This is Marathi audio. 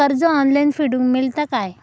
कर्ज ऑनलाइन फेडूक मेलता काय?